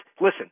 Listen